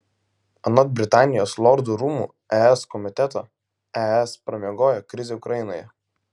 anot britanijos lordų rūmų es komiteto es pramiegojo krizę ukrainoje